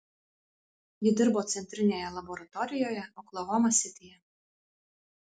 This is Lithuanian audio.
ji dirbo centrinėje laboratorijoje oklahoma sityje